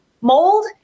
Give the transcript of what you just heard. mold